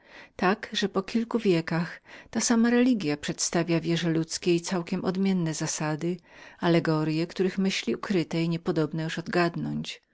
tak że po kilku wiekach ta sama religia przedstawia wierze ludzkiej całkiem odmienne zasady allegorye których myśli ukrytej nie podobna odgadnąć lub